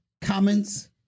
comments